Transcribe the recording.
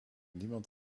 niemand